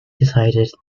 decided